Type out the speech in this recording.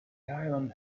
island